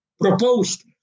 proposed